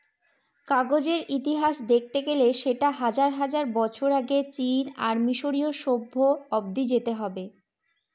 কাগজের ইতিহাস দেখতে গেলে সেটা হাজার হাজার বছর আগে চীন আর মিসরীয় সভ্য অব্দি যেতে হবে